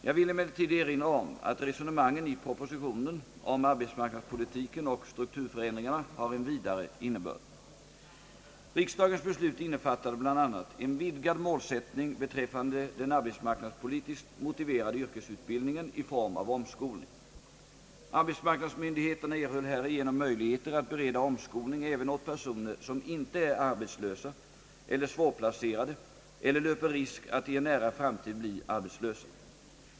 Jag vill emellertid erinra om att resonemangen i propositionen om arbetsmarknadspolitiken och strukturförändringarna har en vidare innebörd. Riksdagens beslut innefattade bl.a. en vidgad målsättning beträffande den arbetsmarknadspolitiskt motiverade yrkesutbildningen i form av omskolning. Arbetsmarknadsmyndigheterna erhöll härigenom möjligheter att bereda omskolning även åt personer som inte är arbetslösa eller svårplacerade eller löper risk att i en nära framtid bli arbetslösa.